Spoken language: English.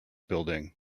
building